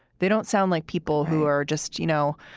they don't sound like people who are just, you know,